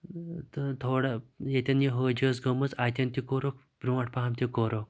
إم تھوڑا ییٚتؠن یہِ ۂج ٲس گٔمٕژ اَتؠن تہِ کوٚرُکھ بُروٗنٛٹھ پَہَم تہِ کوٚرُکھ